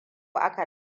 aka